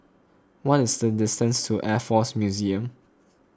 what is the distance to Air force Museum